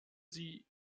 sie